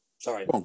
Sorry